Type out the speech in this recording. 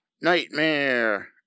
Nightmare